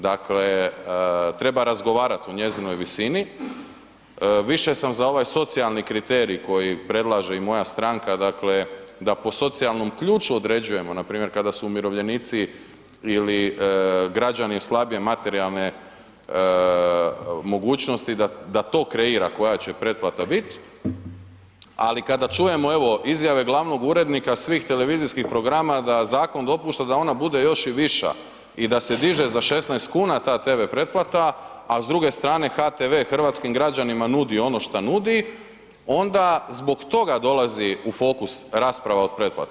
Dakle, treba razgovarati o njezinoj visini, više sam za ovaj socijalni kriterij koji predlaže i moja stranka, dakle da po socijalnom ključu određujemo npr. kada su umirovljenici ili građani slabije materijalne mogućnosti, da to kreira koja će pretplata bit, ali kada čujemo evo, izjave glavnog urednika svih televizijskog programa da zakon dopušta da ona bude još i viša i da se diže za 16 kuna ta TV preplata, a s druge strane HTV hrvatskim građanima nudi ono što nudi, onda zbog toga dolazi u fokus rasprava o pretplati.